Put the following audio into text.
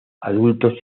adultos